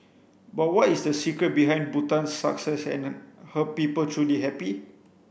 but what is the secret behind Bhutan's success and her people truly happy